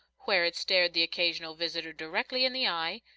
where it stared the occasional visitor directly in the eye,